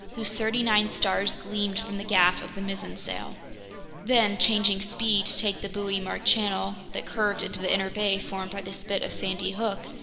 whose thirty-nine stars gleamed from the gaff of the mizzen sail then, changing speed to take the buoy-marked channel that curved into the inner bay formed by the spit of sandy hook,